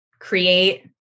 create